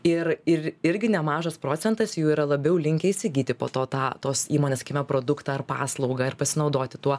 ir ir irgi nemažas procentas jų yra labiau linkę įsigyti po to tą tos įmonės kime produktą ar paslaugą ir pasinaudoti tuo